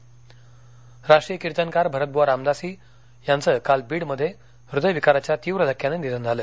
निधन राष्ट्रीय कीर्तनकार भरतबुवा रामदासी यांचंकाल बीडमध्ये हृदविकाराच्या तीव्र धक्क्यानं निधन झालं